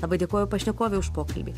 labai dėkoju pašnekovei už pokalbį